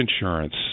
insurance